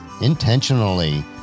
intentionally